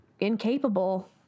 incapable